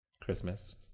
Christmas